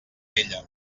ella